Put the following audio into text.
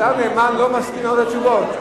השר נאמן לא מסכים לתת תשובות.